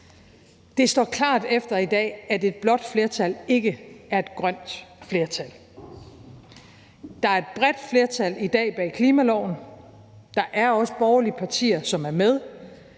Det står klart efter i dag, at et blåt flertal ikke er et grønt flertal. Der er et bredt flertal i dag bag klimaloven. Der er også borgerlige partier, som er med.